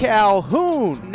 Calhoun